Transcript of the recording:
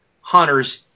hunters